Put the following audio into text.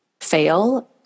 fail